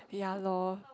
ya lor